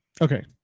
Okay